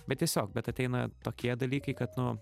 bet tiesiog bet ateina tokie dalykai kad nu